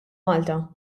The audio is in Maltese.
malta